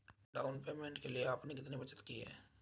Down payment के लिए आपने कितनी बचत की है?